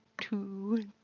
two